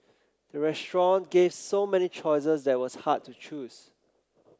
the restaurant gave so many choices that was hard to choose